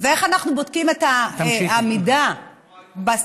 ואיך אנחנו בודקים את העמידה בסטנדרטים?